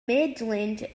midland